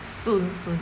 soon soon